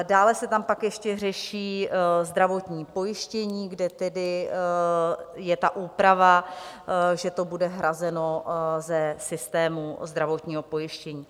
Dále se tam pak ještě řeší zdravotní pojištění, kde je ta úprava, že to bude hrazeno ze systému zdravotního pojištění.